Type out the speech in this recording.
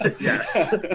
Yes